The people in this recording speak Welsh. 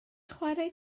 chwarae